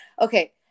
okay